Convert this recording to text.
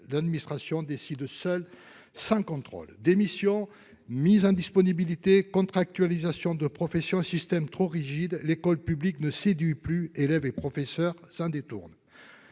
l'administration décide seule, sans contrôle. Démissions, mises en disponibilité, contractualisation de la profession, système trop rigide : l'école publique ne séduit plus. Élèves et professeurs s'en détournent.